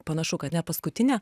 panašu kad ne paskutinė